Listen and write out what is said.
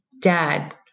Dad